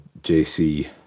JC